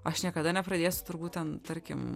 aš niekada nepradėsiu turbūt ten tarkim